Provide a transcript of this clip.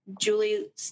Julie